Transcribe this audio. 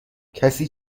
کسی